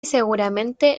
seguramente